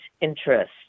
interest